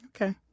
Okay